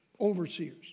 overseers